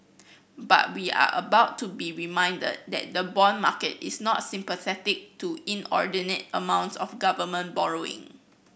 but we are about to be reminded that the bond market is not sympathetic to inordinate amounts of government borrowing